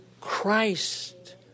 Christ